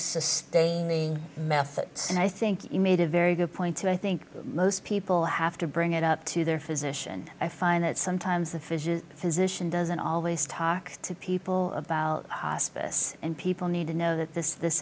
sustaining methods and i think you made a very good point and i think most people have to bring it up to their physician i find that sometimes the fish's physician doesn't always talk to people about this and people need to know that this this